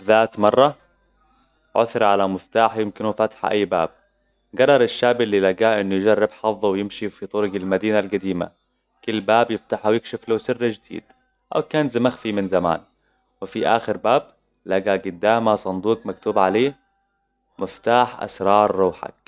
ذات مرة، عثر على مفتاح يمكنه فتح أي باب. قرر الشاب اللي لقاه أن يجرب حظه ويمشي في طرق المدينة القديمة. كل باب يفتح ويكشف له سر جديد، أو كنز مخفي من زمان. وفي آخر باب، لقا قدامه صندوق مكتوب عليه، مفتاح أسرار روحك.